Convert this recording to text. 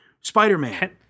Spider-Man